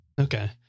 okay